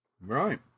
Right